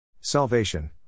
Salvation